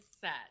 set